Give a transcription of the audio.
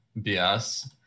bs